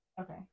okay